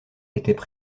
étaient